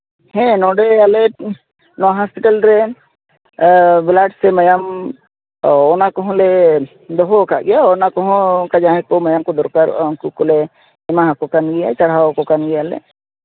ᱦᱮᱸ ᱱᱚᱰᱮ ᱟᱞᱮ ᱱᱚᱣᱟ ᱦᱚᱥᱯᱤᱴᱟᱞᱨᱮ ᱵᱞᱟᱰ ᱥᱮ ᱢᱟᱭᱟᱢ ᱚᱻ ᱚᱱᱟ ᱠᱚᱦᱚᱸᱞᱮ ᱫᱚᱦᱚᱣ ᱟᱠᱟᱫ ᱜᱮᱭᱟ ᱚᱱᱟᱠᱚᱦᱚᱸ ᱚᱱᱠᱟ ᱡᱟᱦᱟᱸᱭᱠᱚ ᱢᱟᱭᱟᱢᱠᱚ ᱫᱚᱨᱠᱟᱨᱚᱜᱼᱟ ᱩᱱᱠᱩᱠᱚᱞᱮ ᱮᱢᱟ ᱟᱠᱚᱠᱟᱱ ᱜᱮᱭᱟ ᱪᱟᱲᱦᱟᱣ ᱟᱠᱚᱠᱟᱱ ᱜᱮᱭᱟᱞᱮ